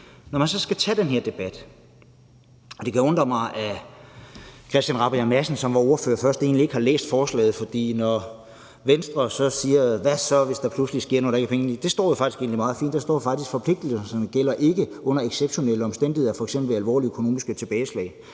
når man så skal tage den her debat. Det kan undre mig, at hr. Christian Rabjerg Madsen, som var ordfører først, egentlig ikke har læst forslaget, for når Venstre spørger, hvad der så sker, hvis der pludselig ikke er nogen penge, står det faktisk egentlig meget fint, for der står, at forpligtelsen ikke gælder under exceptionelle omstændigheder, f.eks. ved alvorlige økonomiske tilbageslag.